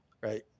right